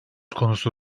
konusu